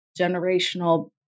generational